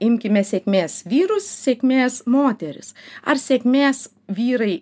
imkime sėkmės vyrus sėkmės moteris ar sėkmės vyrai